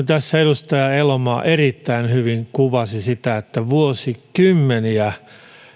tässä edustaja elomaa erittäin hyvin kuvasi sitä että vuosikymmeniä